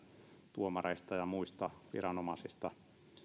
tuomareista ja muista viranomaisista